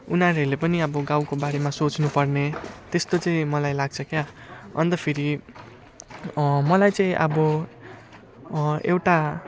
उनीहरूले पनि अब गाउँको बारेमा सोच्नुपर्ने त्यस्तो चाहिँ मलाई लाग्छ क्या अन्त फेरि मलाई चाहिँ अब एउटा